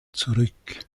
zurück